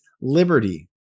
liberty